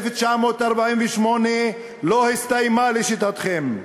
1948 לא הסתיימה לשיטתכם.